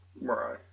Right